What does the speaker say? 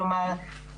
כלומר,